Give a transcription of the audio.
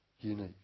unique